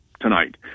tonight